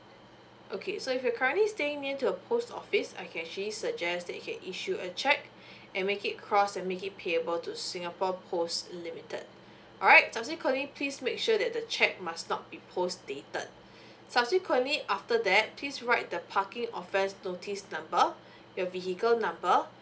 okay so if you currently staying near to a post office I can actually suggest that you can issue a cheque and make it cross and make it payable to singapore post limited alright subsequently please make sure that the cheque must not be post dated subsequently after that please write the parking offence notice number your vehicle number